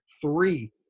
three